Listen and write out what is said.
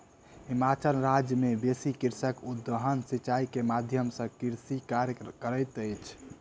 हिमाचल राज्य मे बेसी कृषक उद्वहन सिचाई के माध्यम सॅ कृषि कार्य करैत अछि